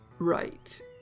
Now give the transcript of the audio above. Right